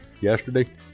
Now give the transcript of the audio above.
yesterday